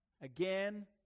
again